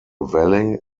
valley